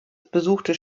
besuchte